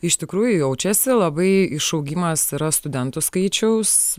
iš tikrųjų jaučiasi labai išaugimas yra studentų skaičiaus